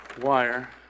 wire